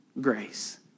Grace